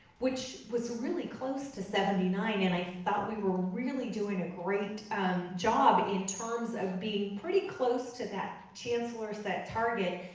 which was really close to seventy nine, and i thought we were really doing a great job in terms of being pretty close to that chancellor-set target,